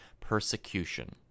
persecution